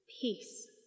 Peace